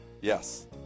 Yes